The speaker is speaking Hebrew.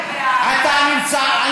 אז אתה בעד העיקרון, נגד, תקשיב, דודי.